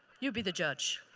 you be the judge.